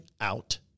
out